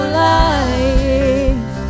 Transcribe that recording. life